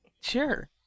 Sure